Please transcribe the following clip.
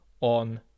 on